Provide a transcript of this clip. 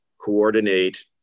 coordinate